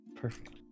perfect